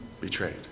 betrayed